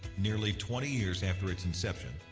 nearly twenty years after its inception,